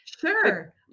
Sure